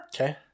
Okay